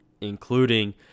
including